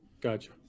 Gotcha